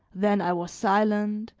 then i was silent,